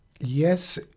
yes